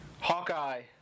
Hawkeye